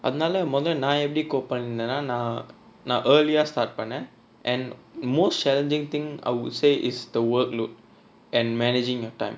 அதுனால மொத நா எப்படி:athunaala modha naa eppadi cope பண்ணுநேனா நா நா:pannunaenaa naa naa early start பண்ணேன்:pannaen and most challenging thing I would say is the workload and managing your time